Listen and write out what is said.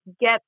get